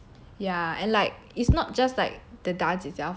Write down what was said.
ya and like it's not just like the dance itself but like